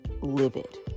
livid